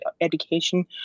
education